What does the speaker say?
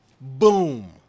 Boom